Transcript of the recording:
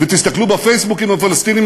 ותסתכלו בפייסבוקים הפלסטיניים,